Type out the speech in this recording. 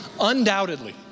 undoubtedly